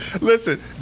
Listen